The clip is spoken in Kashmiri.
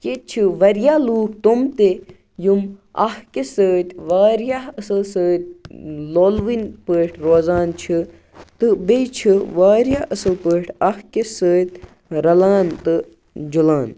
ییٚتہِ چھِ واریاہ لُکھ تِم تہِ یِم اَکھ أکِس سۭتۍ واریاہ اصل سۭتۍ لولہٕ وٕنۍ پٲٹھۍ روزان چھِ تہٕ بیٚیہِ چھِ واریاہ اصل پٲٹھۍ اَکھ أکِس سۭتۍ رَلان تہٕ جُلان